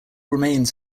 remains